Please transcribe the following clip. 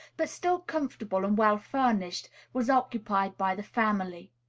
but still comfortable and well furnished, was occupied by the family.